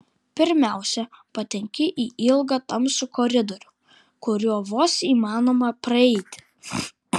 pirmiausia patenki į ilgą tamsų koridorių kuriuo vos įmanoma praeiti